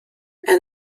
and